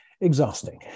exhausting